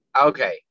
Okay